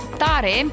tare